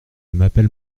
m’appelle